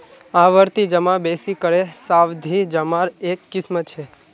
आवर्ती जमा बेसि करे सावधि जमार एक किस्म छ